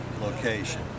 location